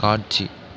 காட்சி